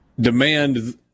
demand